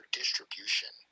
distribution